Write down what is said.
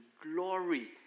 glory